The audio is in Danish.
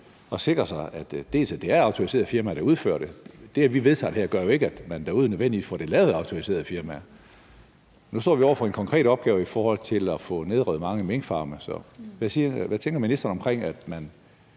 at sikre os, at det er autoriserede firmaer, der udfører det? Det, at vi vedtager det her, gør jo ikke, at man derude nødvendigvis får det lavet af autoriserede firmaer. Nu står vi over for en konkret opgave i forhold til at få nedrevet mange minkfarme. Hvad tænker ministeren om, at man